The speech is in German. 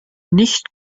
nicht